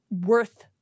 worth